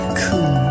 cool